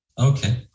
Okay